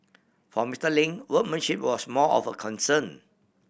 for Mister Lin workmanship was more of a concern